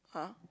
!huh!